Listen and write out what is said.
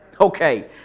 Okay